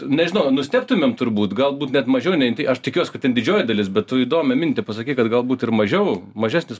nežinau nustebtumėm turbūt galbūt net mažiau nei aš tikiuos kad ten didžioji dalis bet tu įdomią mintį pasakei kad galbūt ir mažiau mažesnis